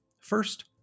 First